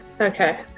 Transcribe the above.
Okay